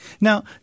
Now